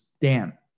Dan